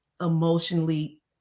emotionally